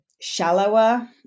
shallower